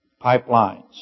pipelines